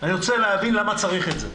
אני רוצה להבין למה צריך את זה.